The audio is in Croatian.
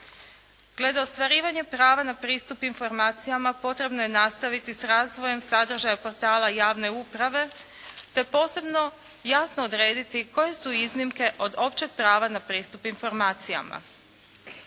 Glede ostvarivanja prava na pristup informacijama potrebno je nastaviti s razvojem sadržaja portala javne uprave te posebno jasno odrediti koje su iznimke od općeg prava na pristup informacijama.